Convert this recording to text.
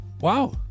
Wow